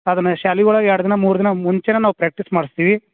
ಅದನ್ನು ಶಾಲೆವಳಗ ಎರಡು ದಿನ ಮೂರು ದಿನ ಮುಂಚೆಯೇ ನಾವು ಪ್ರಾಕ್ಟಿಸ್ ಮಾಡಿಸ್ತೀವಿ